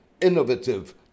innovative